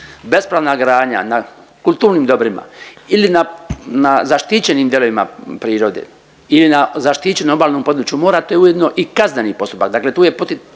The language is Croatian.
bespravna gradnja na kulturnim dobrima ili na, na zaštićenim dijelovima prirode ili na zaštićenom obalnom području, morate ujedno i kazneni postupak.